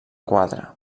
quadra